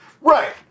right